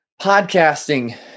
Podcasting